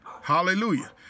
Hallelujah